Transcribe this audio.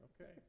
Okay